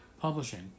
Publishing